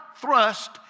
thrust